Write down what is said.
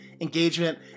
engagement